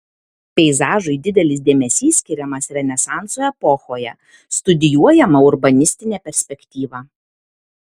peizažui didelis dėmesys skiriamas renesanso epochoje studijuojama urbanistinė perspektyva